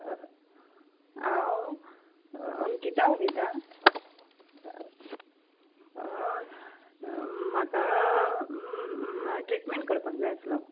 हांव अंकिता उलयतां म्हाका ट्रिटमेंट करपाक जाय आसलो